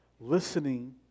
listening